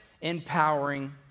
empowering